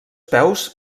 peus